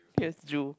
yes zoo